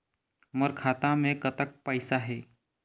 मोर खाता मे कतक पैसा हे?